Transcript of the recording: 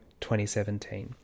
2017